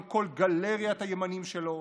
עם כל גלריית הימנים שלו,